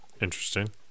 interesting